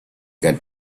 got